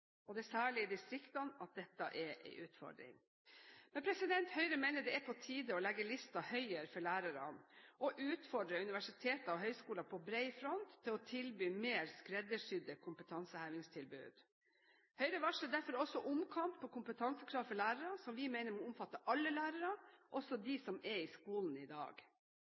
Det er særlig i distriktene dette er en utfordring. Høyre mener det er på tide å legge listen høyere for lærere og på bred front utfordre universiteter og høyskoler til å tilby mer skreddersydde kompetansehevingstilbud. Høyre varsler dessuten omkamp om kompetansekrav for lærere, som vi mener må omfatte alle lærere, også dem som er i skolen i dag.